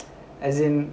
as in